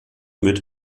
mit